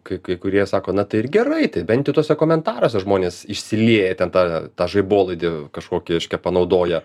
kai kai kurie sako na tai ir gerai tai bent jau tuose komentaruose žmonės išsilieja ten tą tą žaibolaidį kažkokį reiškia panaudoja